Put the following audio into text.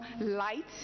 light